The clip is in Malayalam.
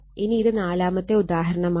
ഇനി ഇത് നാലാമത്തെ ഉദാഹരണമാണ്